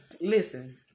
listen